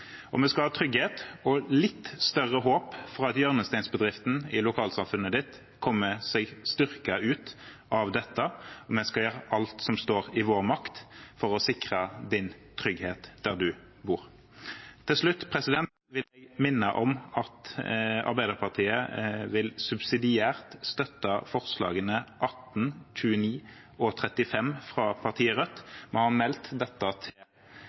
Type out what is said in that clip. og litt større håp om at hjørnesteinsbedriften i det enkelte lokalsamfunn kommer seg styrket ut av dette, og vi skal gjøre alt som står i vår makt for å sikre trygghet der en bor. Til slutt vil jeg minne om at Arbeiderpartiet subsidiært vil støtte forslagene nr. 18, 29 og 35, fra partiet Rødt. Vi har meldt dette til